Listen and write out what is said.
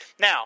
Now –